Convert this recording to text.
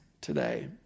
today